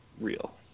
real